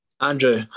Andrew